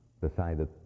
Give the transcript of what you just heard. decided